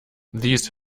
these